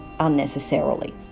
unnecessarily